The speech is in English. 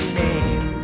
name